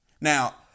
now